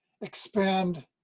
expand